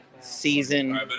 season